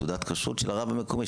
תעודת כשרות של הרב המקומי,